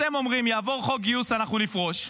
אתם אומרים: יעבור חוק גיוס, אנחנו נפרוש.